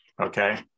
Okay